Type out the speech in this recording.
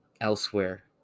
elsewhere